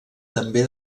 també